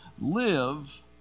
live